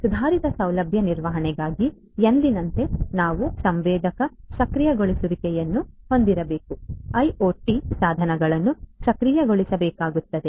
ಸುಧಾರಿತ ಸೌಲಭ್ಯ ನಿರ್ವಹಣೆಗಾಗಿ ಎಂದಿನಂತೆ ನಾವು ಸಂವೇದಕ ಸಕ್ರಿಯಗೊಳಿಸುವಿಕೆಯನ್ನು ಹೊಂದಿರಬೇಕು ಐಒಟಿ ಸಾಧನಗಳನ್ನು ಸಕ್ರಿಯಗೊಳಿಸಬೇಕಾಗುತ್ತದೆ